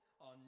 on